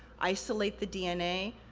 isolate the dna,